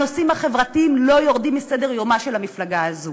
הנושאים החברתיים לא יורדים מסדר-יומה של המפלגה הזאת.